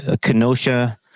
Kenosha